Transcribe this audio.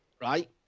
right